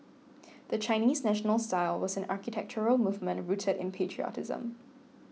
the Chinese National style was an architectural movement rooted in patriotism